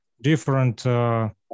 different